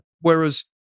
Whereas